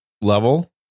level